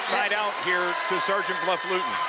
out here to sergeant bluff-luton.